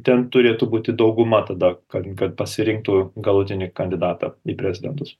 ten turėtų būti dauguma tada kan kad pasirinktų galutinį kandidatą į prezidentus